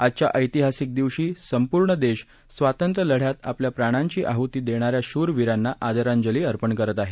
आजच्या ऐतिहासिक दिवशी संपूर्ण देश स्वातंत्र्य लढयात आपल्या प्राणांची आहृती देणाऱ्या शूर वीरांना आदरांजली अर्पण करत आहे